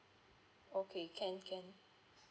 okay can can